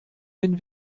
den